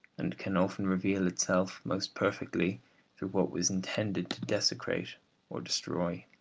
and can often reveal itself most perfectly through what was intended to desecrate or destroy.